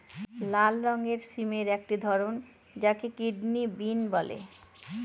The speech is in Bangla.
লাল রঙের সিমের একটি ধরন যাকে কিডনি বিন বলে